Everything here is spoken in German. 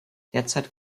derzeit